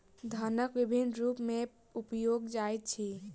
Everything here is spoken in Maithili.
धनक विभिन्न रूप में उपयोग जाइत अछि